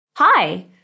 Hi